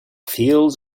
fields